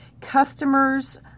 customers